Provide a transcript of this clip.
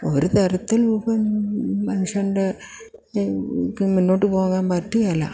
ഒരു തരത്തിൽ ഇപ്പം മനുഷ്യൻ്റെ മുന്നോട്ടു പോകാൻ പറ്റുകയില്ല